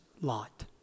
Lot